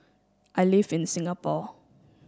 I live in Singapore